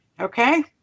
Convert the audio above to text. okay